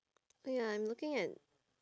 ya I'm looking at